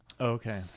okay